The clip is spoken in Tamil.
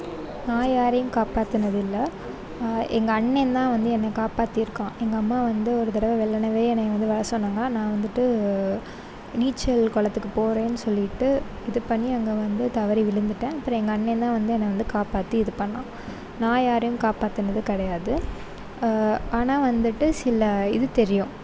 நான் யாரையும் காப்பாற்ற முடியல எங்கள் அண்ணந்தான் வந்து என்னைய காப்பாற்றிருக்கான் எங்கள் அம்மா வந்து ஒரு தடவை வெள்ளனவே என்னைய வந்து வர சொன்னாங்க நான் வந்துவிட்டு நீச்சல் குளத்துக்கு போறேன்னு சொல்லிவிட்டு இது பண்ணி அங்கே வந்து தவறி விழுந்துவிட்டேன் அப்புறம் எங்கள் அண்ணந்தான் வந்து என்ன வந்து காப்பாற்றி இது பண்ணான் நான் யாரையும் காப்பாற்றுனது கிடையாது ஆனால் வந்துவிட்டு சில இது தெரியும்